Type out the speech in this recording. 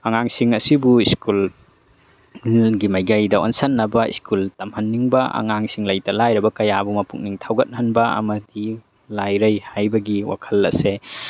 ꯑꯉꯥꯡꯁꯤꯡ ꯑꯁꯤꯕꯨ ꯁ꯭ꯀꯨꯜ ꯃꯥꯏꯀꯩꯗ ꯑꯣꯟꯁꯤꯟꯅꯕ ꯁ꯭ꯀꯨꯜ ꯇꯝꯍꯟꯅꯤꯡꯕ ꯑꯉꯥꯡꯁꯤꯡ ꯂꯩꯇ ꯂꯥꯏꯔꯕ ꯀꯌꯥꯕꯨ ꯃꯄꯨꯛꯅꯤꯡ ꯊꯧꯒꯠꯍꯟꯕ ꯑꯃꯗꯤ ꯂꯥꯏꯔꯩ ꯍꯥꯏꯕꯒꯤ ꯋꯥꯈꯜ ꯑꯁꯦ